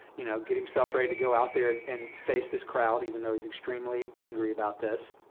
you know, get himself ready to go out there and face this crowd, even though he's extremely angry about this.